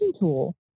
tool